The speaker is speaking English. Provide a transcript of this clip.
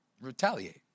retaliate